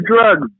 drugs